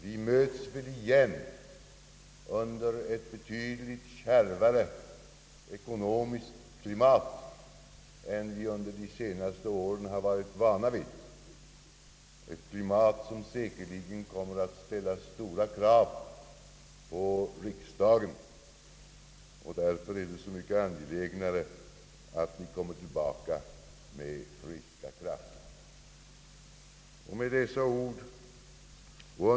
Vi möts väl igen under ett betydligt kärvare ekonomiskt klimat än vi under de senaste åren har varit vana vid, ett klimat som säkerligen kommer att ställa stora krav på riksdagen. Därför är det så mycket mera angeläget att ni kommer tillbaka med friska krafter.